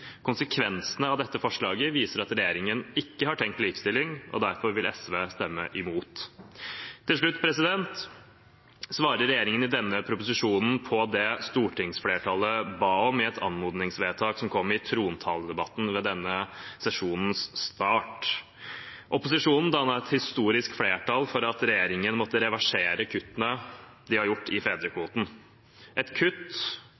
Konsekvensene av dette forslaget viser at regjeringen ikke har tenkt likestilling, derfor vil SV stemme imot. Regjeringen svarer i denne proposisjonen på det stortingsflertallet ba om i et anmodningsvedtak som kom i trontaledebatten ved denne sesjonens start. Opposisjonen dannet et historisk flertall for at regjeringen måtte reversere kuttene de har gjort i fedrekvoten – kutt